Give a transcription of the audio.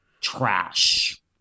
trash